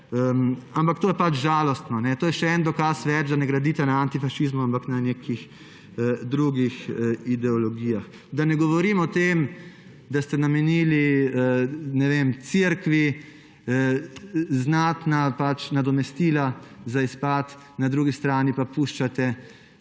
ampak to je žalostno. To je še en dokaz več, da ne gradite na antifašizmu, ampak na nekih drugih ideologijah. Da ne govorim o tem, da ste namenili Cerkvi znatna nadomestila za izpad, na drugi strani pa puščate